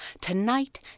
tonight